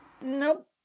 Nope